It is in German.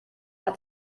hat